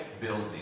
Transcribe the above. Building